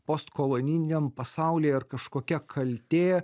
postkolonijiniam pasaulyje ar kažkokia kaltė